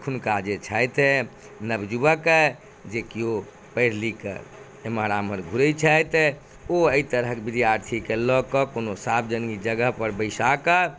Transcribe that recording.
अखुनका जे छथि नवजुबक जे केओ पढ़ि लिख कऽ एम्हर आमहर घुरै छथि ओ एहि तरहक विद्यार्थीके लऽ कऽ कोनो सार्वजनिक जगह पर बैसा कऽ